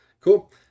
Cool